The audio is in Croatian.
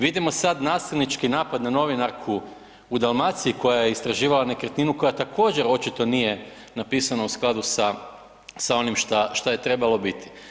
Vidimo sad nasilnički napad na novinarku u Dalmaciji koja je istraživala nekretninu, koja također očito nije napisano u skladu sa onim šta je trebalo biti.